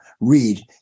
read